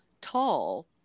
tall